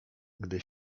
gdy